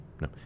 no